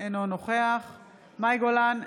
אינו נוכח מאי גולן,